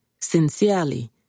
Sincerely